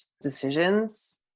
decisions